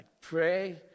pray